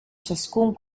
ciascun